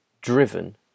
driven